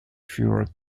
furent